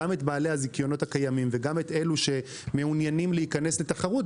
גם את בעלי הזיכיונות הקיימים וגם את אלו שמעוניינים להיכנס לתחרות,